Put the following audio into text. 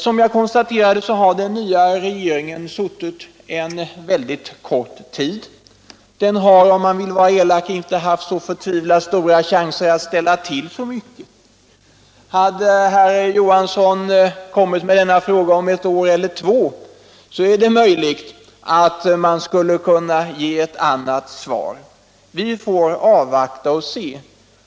Som jag konstaterade har den nya regeringen suttit vid makten bara en kort tid, och om man vill vara elak kan man säga att den inte haft så förtvivlat stora chanser att ställa till med särskilt mycket. Om herr Johansson kommer tillbaka med denna fråga senare — om ett år eller två — är det möjligt att man skulle kunna ge ett annat svar, men nu får vi alltså avvakta tiden och se.